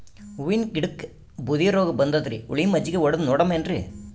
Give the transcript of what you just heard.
ಹೂವಿನ ಗಿಡಕ್ಕ ಬೂದಿ ರೋಗಬಂದದರಿ, ಹುಳಿ ಮಜ್ಜಗಿ ಹೊಡದು ನೋಡಮ ಏನ್ರೀ?